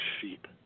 sheep